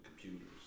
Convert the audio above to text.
computers